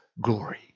glory